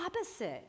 opposite